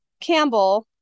campbell